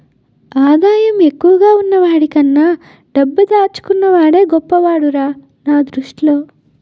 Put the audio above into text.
ఆదాయం ఎక్కువున్న వాడికన్నా డబ్బు దాచుకున్న వాడే గొప్పోడురా నా దృష్టిలో